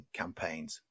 campaigns